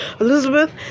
Elizabeth